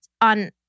on